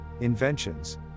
inventions